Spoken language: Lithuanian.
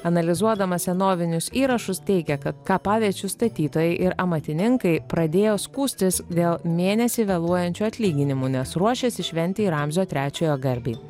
analizuodamas senovinius įrašus teigia kad kapaviečių statytojai ir amatininkai pradėjo skųstis dėl mėnesį vėluojančių atlyginimų nes ruošėsi šventei ramzio trečiojo garbei